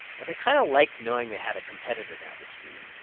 but they kind of liked knowing they had a competitor down the street.